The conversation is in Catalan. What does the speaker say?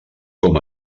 com